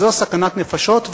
זו סכנת נפשות,